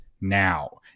now